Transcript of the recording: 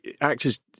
actors